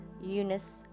Eunice